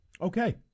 Okay